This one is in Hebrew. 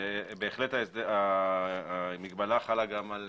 בהחלט המגבלה חלה גם על